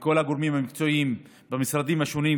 וכל הגורמים המקצועיים במשרדים השונים,